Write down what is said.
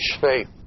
faith